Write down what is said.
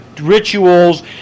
rituals